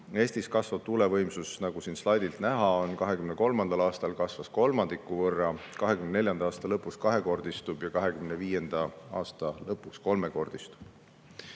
Eestis kasvab tuulevõimsus, nagu siit slaidilt näha on, järgmiselt: 2023. aastal kasvas kolmandiku võrra, 2024. aasta lõpuks kahekordistub ja 2025. aasta lõpuks kolmekordistub.